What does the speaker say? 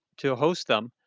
to host them.